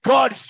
God